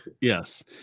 yes